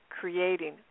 creating